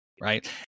right